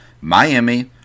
Miami